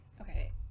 okay